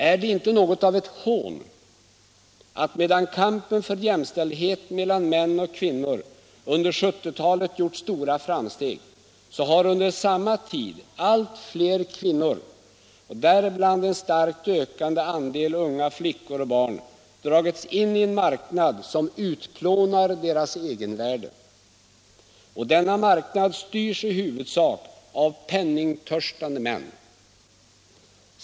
Är det inte något av ett hån att medan kampen för jämställdhet mellan män och kvinnor under 1970-talet gjort stora framsteg, så har under samma tid allt fler kvinnor och däribland en starkt ökande andel unga flickor och barn dragits in i en marknad som utplånar deras egenvärde? Och denna marknad styrs i huvudsak av penningtörstande män.